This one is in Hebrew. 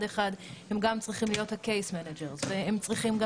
אחד הם גם צריכים להיות ה-case manager והם צריכים גם